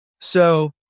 So-